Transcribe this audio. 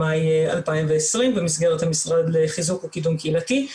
במאי 2020 במסגרת המשרד לחיזוק וקידום קהילתי.